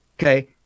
Okay